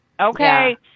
Okay